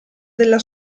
della